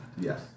Yes